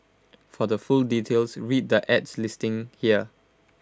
for the full details read the ad's listing here